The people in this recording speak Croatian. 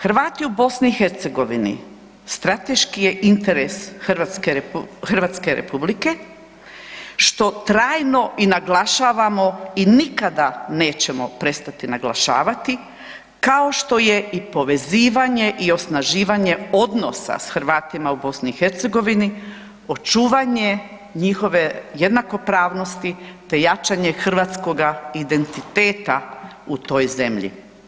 Hrvati u BiH-u strateški je interes Hrvatske Republike, što trajno i naglašavamo i nikada nećemo prestati naglašavati, kao što je i povezivanje i osnaživanje odnosa s Hrvatima u BiH-u, očuvanje njihove jednakopravnosti te jačanje hrvatskoga identiteta u toj zemlji.